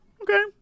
Okay